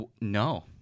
no